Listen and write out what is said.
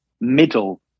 middle